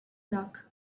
luck